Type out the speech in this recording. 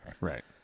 Right